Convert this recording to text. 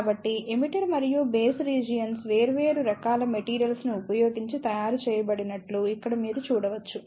కాబట్టి ఎమిటర్ మరియు base regions వేర్వేరు రకాల మెటీరియల్స్ ను ఉపయోగించి తయారు చేయబడినట్లు ఇక్కడ మీరు చూడవచ్చు